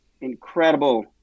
incredible